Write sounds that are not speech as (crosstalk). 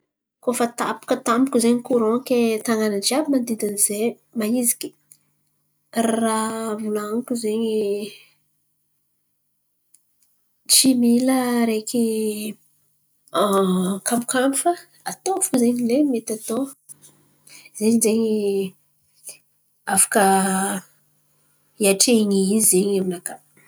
Koa fa tapaka tampoka zen̈y koran ke tanàn̈a jiàby manodidina zahay mahiziky. Raha volan̈iko zen̈y tsy mila areky (hesitation) kamo kamo fa atôva fo izen̈y nay ny mety atô, zen̈y zen̈y afaka hiatren̈y izy zen̈y aminakà.